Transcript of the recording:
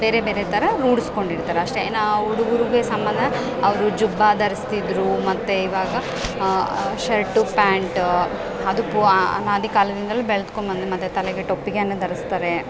ಬೇರೆ ಬೇರೆ ತರ ರೂಢಿಸ್ಕೊಂಡಿರ್ತರೆ ಅಷ್ಟೇ ನಾವು ಹುಡುಗ್ರುಗೆ ಸಮಾನ ಅವರು ಜುಬ್ಬ ಧರಿಸ್ತಿದ್ರು ಮತ್ತು ಇವಾಗ ಶರ್ಟು ಪ್ಯಾಂಟ್ ಅದು ಪುಆ ಅನಾದಿ ಕಾಲದಿಂದಲು ಬೆಳೆದ್ಕೊಮ್ ಬಂದು ಮತ್ತು ತಲೆಗೆ ಟೊಪ್ಪಿಗೆಯನ್ನು ಧರಿಸ್ತಾರೆ